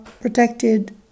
protected